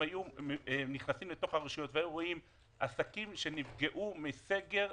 אם היו נכנסים אל תוך הרשויות ורואים עסקים שנפגעו מסגר,